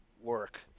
work